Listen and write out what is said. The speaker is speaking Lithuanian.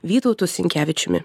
vytautu sinkevičiumi